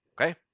okay